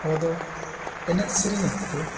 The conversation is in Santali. ᱟᱵᱚ ᱫᱚ ᱮᱱᱮᱡ ᱥᱮᱨᱮᱧ ᱚᱠᱛᱚ